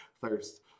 thirst